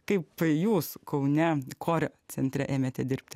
kaip jūs kaune korio centre ėmėte dirbti